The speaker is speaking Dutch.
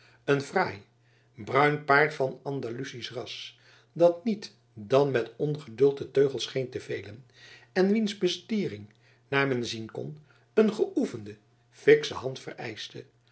een fraai bruin paard van andalusisch ras dat niet dan met ongeduld den teugel scheen te velen en welks bestiering naar men zien kon een geoefende fiksche hand vereischte